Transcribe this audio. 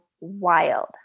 wild